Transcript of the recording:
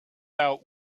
out